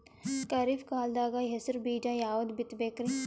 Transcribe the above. ಖರೀಪ್ ಕಾಲದಾಗ ಹೆಸರು ಬೀಜ ಯಾವದು ಬಿತ್ ಬೇಕರಿ?